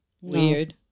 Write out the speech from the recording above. Weird